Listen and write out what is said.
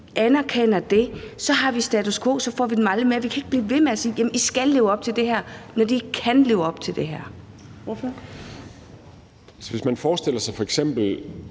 anerkender det, så har vi status quo; så får vi dem aldrig med. Vi kan ikke blive ved med at sige, at de skal leve op til det her, når de ikke kan leve op til det her. Kl. 11:59 Tredje næstformand